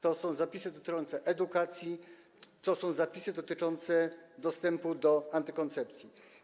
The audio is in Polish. To są zapisy dotyczące edukacji, to są zapisy dotyczące dostępu do antykoncepcji.